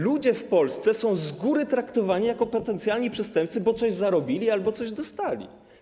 Ludzie w Polsce są z góry traktowani jak potencjalni przestępcy, bo coś zarobili albo coś dostali.